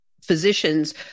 physicians